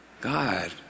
God